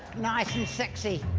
nice and sexy